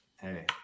hey